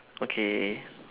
okay